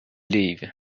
liv